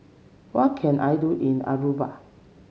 what can I do in Aruba